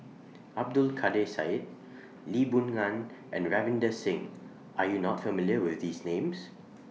Abdul Kadir Syed Lee Boon Ngan and Ravinder Singh Are YOU not familiar with These Names